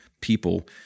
people